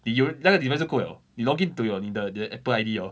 the 有那个 image 是了 log into your needed the apple id 哦